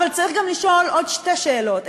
אבל צריך גם לשאול עוד שתי שאלות.